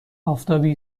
آفتابی